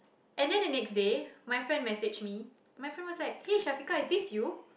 and then the next day my friend messaged me my friend was like hey Syafiqah is this you